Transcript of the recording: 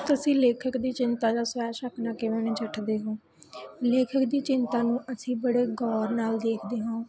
ਤੁਸੀਂ ਲੇਖਕ ਦੀ ਚਿੰਤਾ ਨਾ ਸਵੈ ਸ਼ਕ ਨਾਲ ਕਿਵੇਂ ਨਜਿੱਠਦੇ ਹੋ ਲੇਖਕ ਦੀ ਚਿੰਤਾ ਨੂੰ ਅਸੀਂ ਬੜੇ ਗੌਰ ਨਾਲ ਦੇਖਦੇ ਹਾਂ